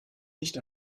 licht